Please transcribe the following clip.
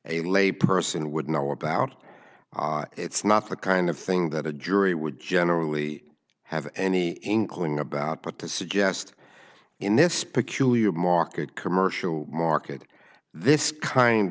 a layperson would know about it's not the kind of thing that a jury would generally have any inkling about but to suggest in this peculiar market commercial market this kind